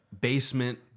basement